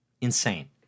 Insane